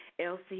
Elsie